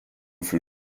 från